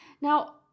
Now